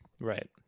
Right